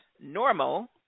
normal